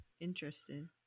Interesting